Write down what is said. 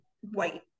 white